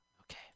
Okay